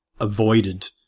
avoided